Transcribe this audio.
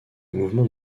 mouvement